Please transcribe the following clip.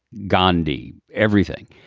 gandhi, everything.